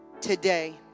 today